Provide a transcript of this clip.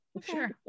sure